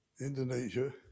Indonesia